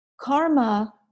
Karma